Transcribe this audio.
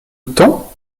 temps